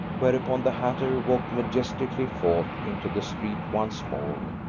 whereupon the hatter walked majestically forth into the street once more,